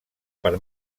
per